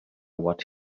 what